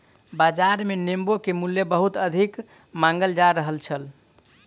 बाजार मे नेबो के मूल्य बहुत अधिक मांगल जा रहल छल